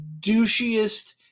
douchiest